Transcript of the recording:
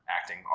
acting